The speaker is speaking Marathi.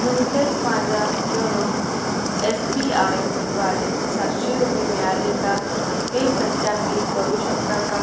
नुकतेच माझ्या योनो एस बी आयद्वारे सातशे रुपये मिळाले का हे सत्यापित करू शकता का